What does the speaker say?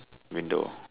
window